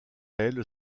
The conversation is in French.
elle